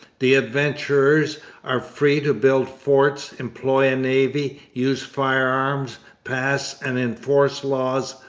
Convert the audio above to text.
the adventurers are free to build forts, employ a navy, use firearms, pass and enforce laws,